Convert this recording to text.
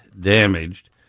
damaged